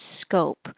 scope